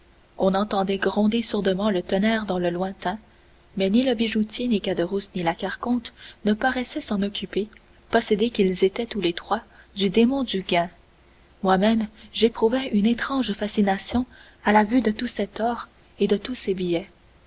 on entendait gronder sourdement le tonnerre dans le lointain mais ni le bijoutier ni caderousse ni la carconte ne paraissaient s'en occuper possédés qu'ils étaient tous les trois du démon du gain moi-même j'éprouvais une étrange fascination à la vue de tout cet or et de tous ces billets